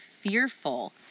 fearful